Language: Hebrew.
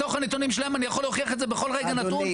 מתוך הנתונים שלהם אני יכול להוכיח את זה בכל רגע נתון,